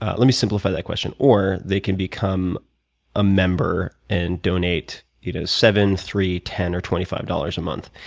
ah let me simplify that question. or they can become a member and donate you know seven, three, ten, or twenty five dollars a month.